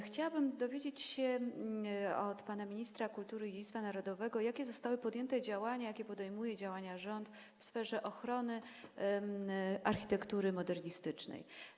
Chciałabym dowiedzieć się od pana ministra kultury i dziedzictwa narodowego, jakie zostały podjęte działania, jakie rząd podejmuje działania w sferze ochrony architektury modernistycznej.